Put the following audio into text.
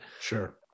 sure